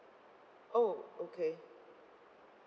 !ow! okay